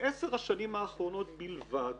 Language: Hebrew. ב-10 השנים האחרונות בלבד